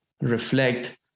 reflect